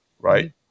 right